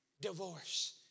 Divorce